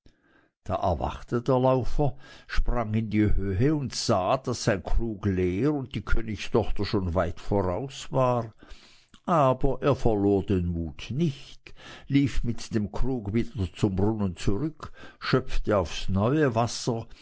da erwachte der laufer sprang in die höhe und sah daß sein krug leer und die königstochter schon weit voraus war aber er verlor den mut nicht lief mit dem krug wieder zum brunnen zurück schöpfte aufs neue wasser